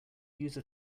user